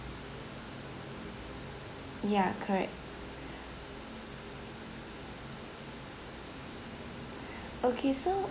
ya correct okay so